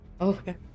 okay